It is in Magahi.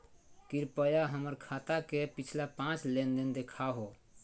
कृपया हमर खाता के पिछला पांच लेनदेन देखाहो